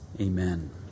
Amen